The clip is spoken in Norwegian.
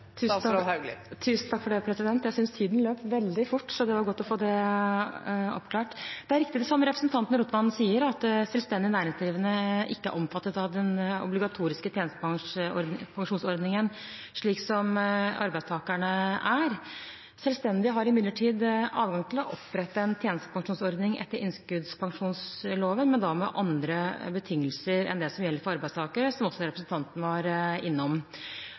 Tusen takk for det. Jeg synes tiden løp veldig fort, så det var godt å få det avklart. Det er riktig, som representanten Rotevatn sier, at selvstendig næringsdrivende ikke er omfattet av den obligatoriske tjenestepensjonsordningen, slik arbeidstakere er. Selvstendig næringsdrivende har imidlertid adgang til å opprette en tjenestepensjonsordning etter innskuddspensjonsloven, men da med andre betingelser enn det som gjelder for arbeidstakere, som også representanten var innom.